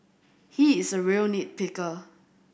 he is a real nit picker